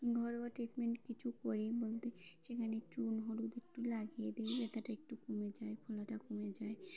ঘরোয়া ট্রিটমেন্ট কিছু করি বলতে সেখানে একটু হলুদ একটু লাগিয়ে দিই ব্যথাটা একটু কমে যায় ফোলাটা কমে যায়